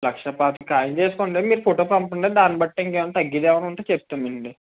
లక్షా పాతిక ఖాయం చేసుకోండి మీరు ఫోటో పంపండి దాని బట్టి ఇంకేమన్న తగ్గేదేమన్న ఉంటే చెప్తానండి